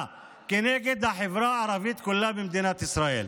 כנגד החברה הערבית כולה במדינת ישראל.